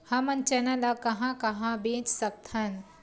हमन चना ल कहां कहा बेच सकथन?